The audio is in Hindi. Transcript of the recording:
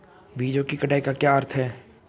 बीजों की कटाई का क्या अर्थ है?